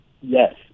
Yes